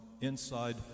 inside